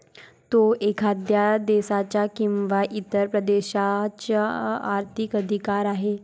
तो एखाद्या देशाचा किंवा इतर प्रदेशाचा आर्थिक अधिकार आहे